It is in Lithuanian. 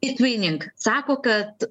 etvinink sako kad